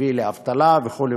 הביא לאבטלה וכו'.